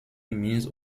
mises